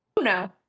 No